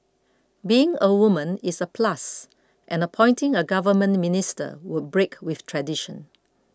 being a woman is a plus and appointing a government minister would break with tradition